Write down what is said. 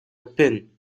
pin